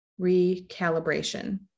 recalibration